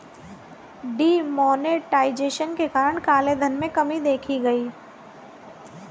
D monetization के कारण काले धन में कमी देखी गई